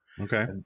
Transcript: Okay